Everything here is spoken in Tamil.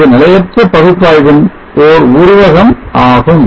இது நிலையற்ற பகுப்பாய்வின் ஓர் உருவகம் ஆகும்